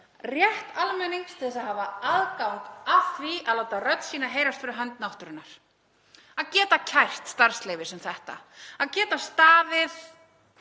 rétt almennings til að hafa aðgang og geta látið rödd sína heyrast fyrir hönd náttúrunnar, að geta kært starfsleyfi sem þetta, að geta staðið